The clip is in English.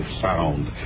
sound